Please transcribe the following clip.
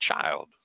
child